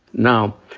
now,